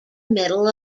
middle